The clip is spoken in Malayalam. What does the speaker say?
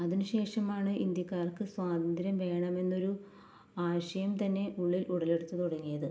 അതിനുശേഷമാണ് ഇന്ത്യക്കാര്ക്ക് സ്വാതന്ത്ര്യം വേണം എന്നൊരു ആശയം തന്നെ ഉള്ളില് ഉടലെടുത്തു തുടങ്ങിയത്